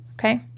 okay